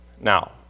Now